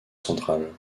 central